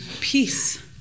Peace